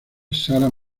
sarah